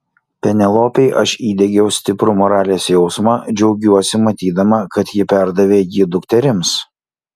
penelopei aš įdiegiau stiprų moralės jausmą džiaugiuosi matydama kad ji perdavė jį dukterims